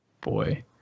Boy